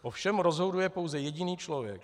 O všem rozhoduje pouze jediný člověk.